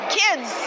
kids